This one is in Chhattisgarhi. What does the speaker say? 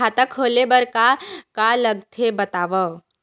खाता खोले बार का का लगथे बतावव?